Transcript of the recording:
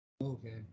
Okay